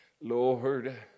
Lord